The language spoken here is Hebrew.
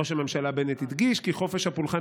ראש הממשלה בנט הדגיש כי חופש הפולחן